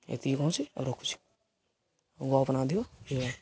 ଏତିକି କହୁଛି ଆଉ ରଖୁଛି ଆଉ ଗପେନା ଅଧିକ ହେଲା